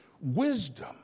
wisdom